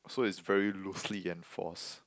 so it's very loosely enforced